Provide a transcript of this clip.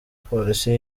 polisi